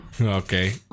Okay